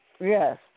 Yes